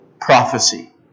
prophecy